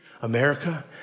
America